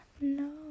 No